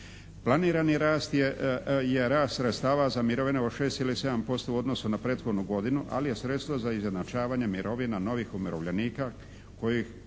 Planirani rast je rast sredstava za mirovinu od 6,7% u odnosu na prethodnu godinu, ali je sredstvo za izjednačavanje mirovina novih umirovljenika kojih